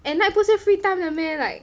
at night 不是 free time 的 meh like